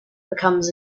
becomes